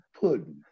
Pudding